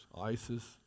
ISIS